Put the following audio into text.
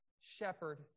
shepherd